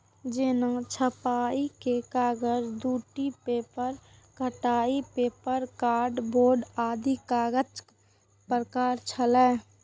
जेना छपाइ के कागज, tissue paper, coated paper, card board आदि कागजक प्रकार छियै